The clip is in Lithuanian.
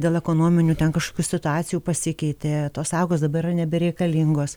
dėl ekonominių ten kažkokių situacijų pasikeitė tos sagos dabar yra nebereikalingos